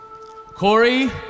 Corey